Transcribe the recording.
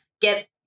get